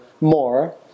more